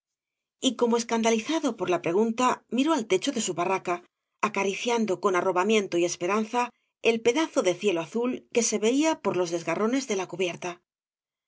y como escandalizado por la pre gunta miró al techo de su barraca acariciando con arrobamiento y esperanza el pedazo de cielo azul que se veía por los desgarrones de la cubierta